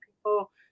people